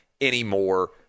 anymore